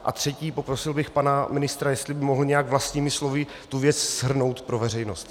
A třetí poprosil bych pana ministra, jestli by mohl nějak vlastními slovy věc shrnout pro veřejnost.